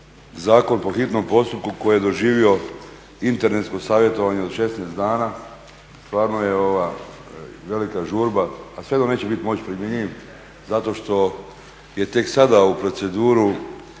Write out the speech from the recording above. zakon po hitnom postupku koji je doživio internetsko savjetovanje od 16 dana, stvarno je velika žurba, a svejedno neće biti moć primjenjiv zato što je tek sada u proceduru